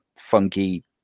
funky